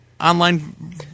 online